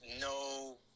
no